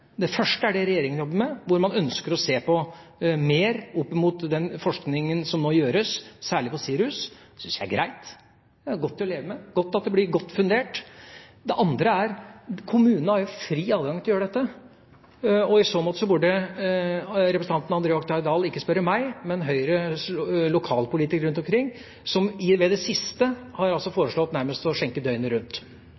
er godt å leve med. Det er godt at det blir godt fundert. Det andre er at kommunene har fri adgang til å gjøre dette. I så måte burde representanten André Oktay Dahl ikke spørre meg, men Høyres lokalpolitikere rundt omkring, som i det siste har